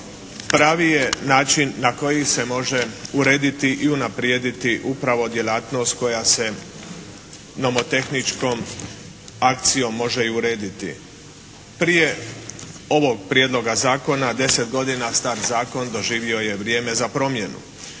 pravi je način na koji se može urediti i unaprijediti upravo djelatnost koja se nomotehničkom akcijom može i urediti. Prije ovog prijedloga zakona, 10 godina star zakon doživio je vrijeme za promjenu.